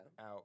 out